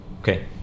Okay